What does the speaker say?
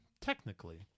technically